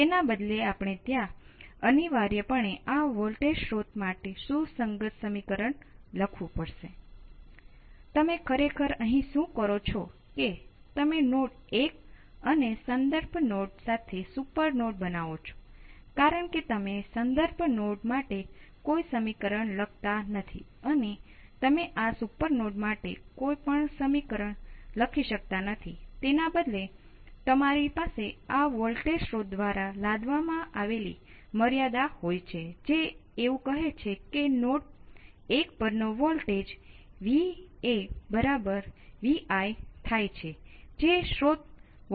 તેથી પહેલા આપણે તેની સાથે કરવાનો પ્રયાસ કરીશું એટલે કે મારો મતલબ એ છે કે Vs બરાબર 0 સાથે તે વધુ સરળ કિસ્સો હશે